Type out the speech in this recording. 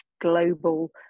global